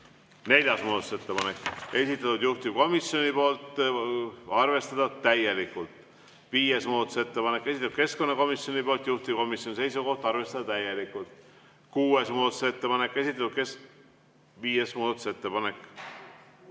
Neljas muudatusettepanek, esitatud juhtivkomisjoni poolt, arvestada täielikult. Viies muudatusettepanek, esitatud keskkonnakomisjoni poolt, juhtivkomisjoni seisukoht on arvestada täielikult. Kuues muudatusettepanek, esitatud ... Viies muudatusettepanek.